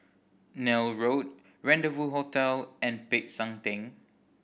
Neil Road Rendezvous Hotel and Peck San Theng